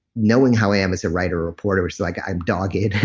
knowing how i am as a writer reporter it's like i'm dogged.